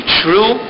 true